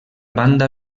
banda